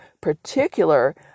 particular